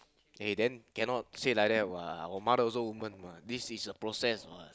eh then cannot say like that [what] our mother also woman [what] this is a process [what]